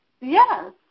Yes